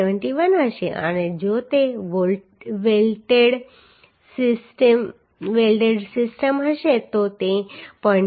7l હશે અને જો તે વેલ્ડેડ સિસ્ટમ હશે તો તે 0